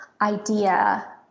idea